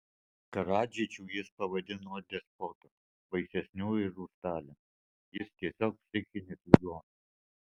karadžičių jis pavadino despotu baisesniu ir už staliną jis tiesiog psichinis ligonis